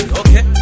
okay